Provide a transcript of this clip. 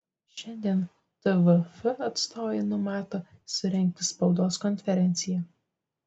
šiandien tvf atstovai numato surengti spaudos konferenciją